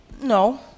no